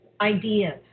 ideas